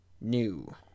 new